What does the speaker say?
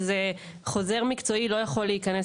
וחוזר מקצועי לא יכול להיכנס